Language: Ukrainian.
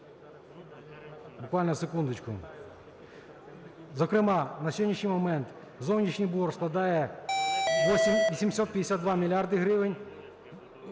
Буквально, секундочку, зокрема, на сьогоднішній момент зовнішній борг складає 752 мільярди гривень…